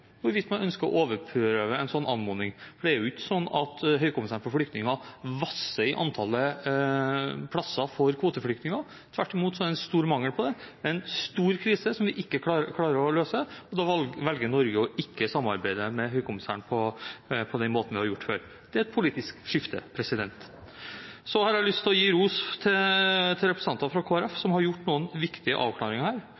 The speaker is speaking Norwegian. hvorvidt man ønsker å overprøve en sånn anmodning. Det er jo ikke sånn at Høykommissæren for flyktninger vasser i antall plasser for kvoteflyktninger. Tvert imot er det en stor mangel på det – det er en stor krise, som vi ikke klarer å løse. Da velger Norge ikke å samarbeide med Høykommissæren på den måten vi har gjort før. Det er et politisk skifte. Så har jeg lyst til å gi ros til representanter fra Kristelig Folkeparti, som har gjort noen viktige avklaringer her.